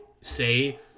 say